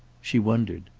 she wondered.